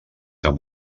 amb